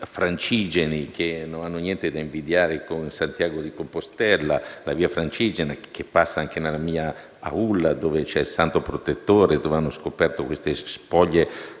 e francigeno, che non hanno niente da invidiare a Santiago di Compostela. La via Francigena passa anche nella mia Aulla, dove c'è il Santo protettore. Qui hanno scoperto le spoglie